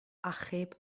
achub